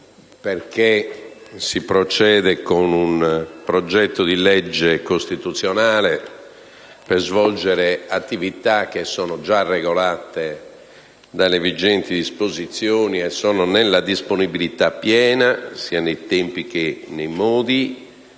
perché si procede con un disegno di legge costituzionale per svolgere attività che sono già regolate dalle vigenti disposizioni e sono nella disponibilità piena del Parlamento, sia nei tempi che nei modi.